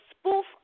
spoof